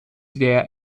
der